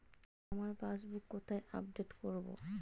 আমার পাসবুক কোথায় আপডেট করব?